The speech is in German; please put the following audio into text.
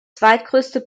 zweitgrößte